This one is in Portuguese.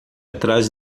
atrás